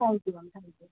thank you ma'am thank you